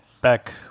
Back